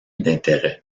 d’intérêt